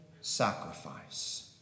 sacrifice